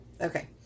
Okay